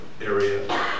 area